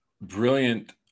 brilliant